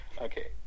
okay